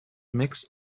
mix